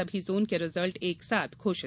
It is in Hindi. सभी जोन के रिजल्ट एकसाथ घोषित